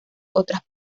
otras